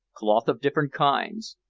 cloth of different kinds,